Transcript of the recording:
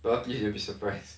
will be surprised